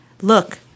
Look